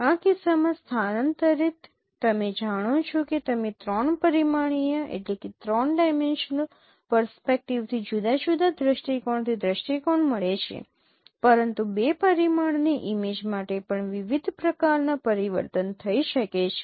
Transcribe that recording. આ કિસ્સામાં સ્થાનાંતરિત તમે જાણો છો કે તમને 3 પરિમાણીય પર્સ્પેક્ટિવથી જુદા જુદા દૃષ્ટિકોણથી દૃષ્ટિકોણ મળે છે પરંતુ 2 પરિમાણની ઇમેજ માટે પણ વિવિધ પ્રકારના પરિવર્તન થઈ શકે છે